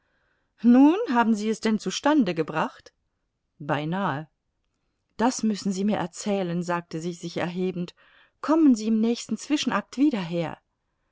nun haben sie es denn zustande gebracht beinahe das müssen sie mir erzählen sagte sie sich erhebend kommen sie im nächsten zwischenakt wieder her